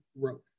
growth